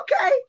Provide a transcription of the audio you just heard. okay